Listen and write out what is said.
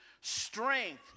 strength